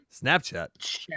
Snapchat